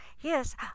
yes